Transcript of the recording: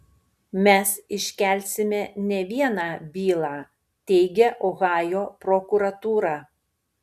mes iškelsime ne vieną bylą teigia ohajo prokuratūra